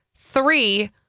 three